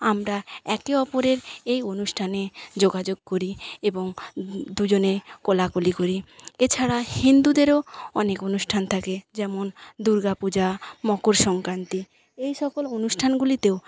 আমরা একে ওপরের এই অনুষ্ঠানে যোগাযোগ করি এবং দুজনে কোলাকুলি করি এছাড়া হিন্দুদেরও অনেক অনুষ্ঠান থাকে যেমন দুর্গা পূজা মকর সংক্রান্তি এই সকল অনুষ্ঠানগুলিতেও